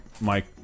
Mike